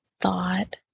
thought